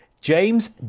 James